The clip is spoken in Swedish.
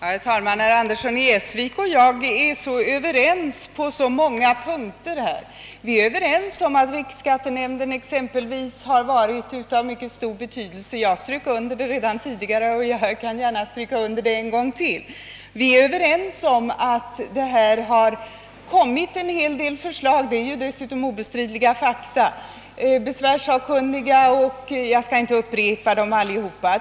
Herr talman! Herr Andersson i Essvik och jag är överens på så många punkter. Vi är överens om att riksskattenämnden exempelvis har varit av mycket stor betydelse, vilket jag redan tidigare understrukit och gärna kan understryka ännu en gång. Vi är också överens om att det framlagts en hel del förslag — det rör sig här om obestridliga fakta. Det gäller besvärssakkunniga och andra, jag skall inte upprepa allihop.